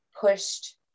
pushed